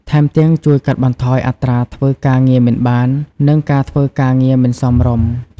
ថែមទាំង ជួយកាត់បន្ថយអត្រាធ្វើការងារមិនបាន និងការធ្វើការងារមិនសមរម្យ។